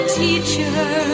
teacher